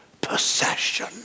possession